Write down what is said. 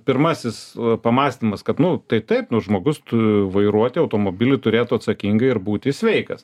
pirmasis pamąstymas kad nu tai taip nu žmogus tu vairuoti automobilį turėtų atsakingai ir būti sveikas